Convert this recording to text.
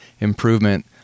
improvement